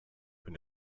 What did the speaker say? wenn